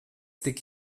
tik